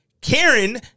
Karen